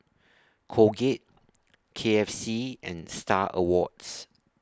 Colgate K F C and STAR Awards